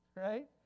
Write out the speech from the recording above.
right